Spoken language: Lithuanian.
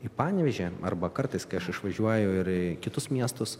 į panevėžį arba kartais kai aš išvažiuoju ir į kitus miestus